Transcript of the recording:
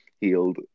healed